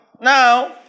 Now